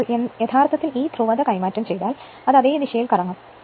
അതിനാൽ യഥാർത്ഥത്തിൽ ഈ ധ്രുവത കൈമാറ്റം ചെയ്താൽ അത് അതേ ദിശയിൽ കറങ്ങും